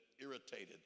irritated